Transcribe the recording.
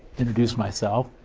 introduced myself.